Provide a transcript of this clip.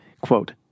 quote